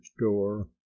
door